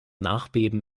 nachbeben